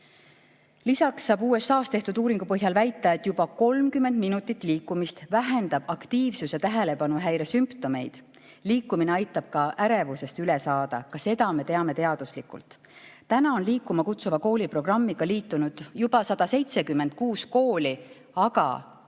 Lisaks saab USA‑s tehtud uuringu põhjal väita, et juba 30 minutit liikumist vähendab aktiivsus‑ ja tähelepanuhäire sümptomeid. Liikumine aitab ka ärevusest üle saada. Ka seda me teame teaduslikult. Täna on Liikuma Kutsuva Kooli programmiga liitunud juba 176 kooli, aga